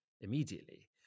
immediately